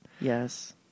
Yes